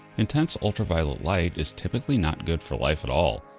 intense ultraviolet light is typically not good for life at all,